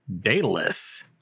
daedalus